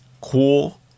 cool